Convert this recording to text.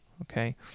okay